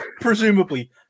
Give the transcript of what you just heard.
presumably